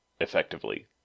effectively